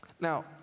Now